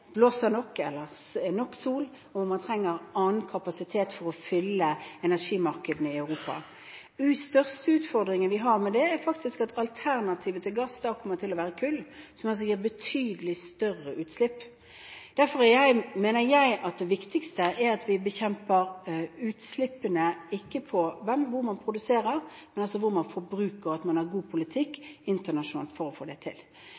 nok, eller er nok sol, og hvor man trenger annen kapasitet for å fylle energimarkedene i Europa. Den største utfordringen vi har med det, er at alternativet til gass kommer til å være kull, som gir betydelig større utslipp. Derfor mener jeg at det viktigste er at vi bekjemper utslippene, ikke hvor man produserer, men hvor man forbruker, og at man har en god politikk internasjonalt for å få det til.